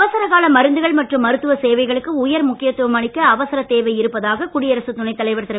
அவசர கால மருந்துகள் மற்றும் மருத்துவ சேவைகளுக்கு உயர் முக்கியத்துவம் அளிக்க அவசரத் தேவை இருப்பதாக குடியரசுத் துணைத் தலைவர் திரு